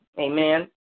Amen